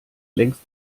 längst